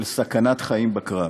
של סכנת חיים בקרב.